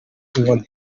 inkoni